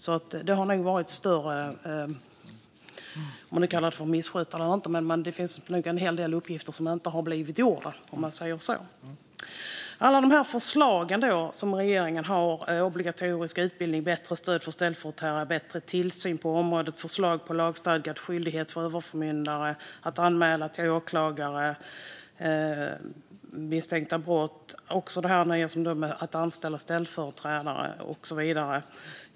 Oavsett om man kallar det för att missköta det eller inte finns det nog en hel del uppgifter som inte blivit gjorda, om man säger så. Jag tittar på alla de här förslagen som regeringen har - obligatorisk utbildning, bättre stöd för ställföreträdare, bättre tillsyn på området, lagstadgad skyldighet för överförmyndare att anmäla misstänkta brott till åklagare, det här om att anställa ställföreträdare och så vidare.